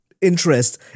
interest